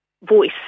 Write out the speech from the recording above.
voice